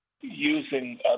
using